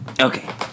Okay